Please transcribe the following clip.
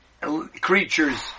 creatures